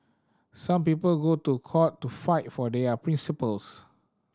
some people go to court to fight for their principles